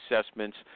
assessments